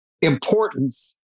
importance